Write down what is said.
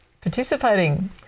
participating